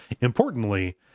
importantly